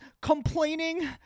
complaining